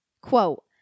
Quote